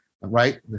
Right